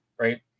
right